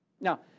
Now